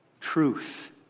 truth